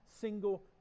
single